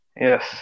Yes